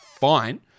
fine